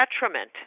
detriment